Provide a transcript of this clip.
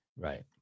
Right